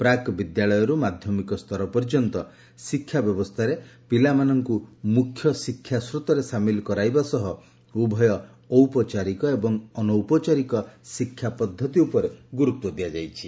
ପ୍ରାକ୍ ବିଦ୍ୟାଳୟରୁ ମାଧ୍ୟମିକ ସ୍ତର ପର୍ଯ୍ୟନ୍ତ ଶିକ୍ଷା ବ୍ୟବସ୍ଥାରେ ପିଲାମାନଙ୍କୁ ମୁଖ୍ୟ ଶିକ୍ଷାସ୍ରୋତରେ ସାମିଲ୍ କରାଇବା ସହ ଉଭୟ ଔପଚାରିକ ଏବଂ ଅନୌପଚାରିକ ଶିକ୍ଷା ପଦ୍ଧତି ଉପରେ ଗୁରୁତ୍ୱ ଦିଆଯାଇଛି